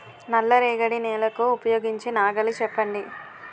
నల్ల రేగడి నెలకు ఉపయోగించే నాగలి చెప్పండి?